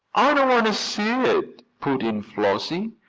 i don't want to see it, put in flossie,